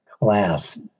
class